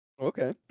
Okay